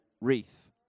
wreath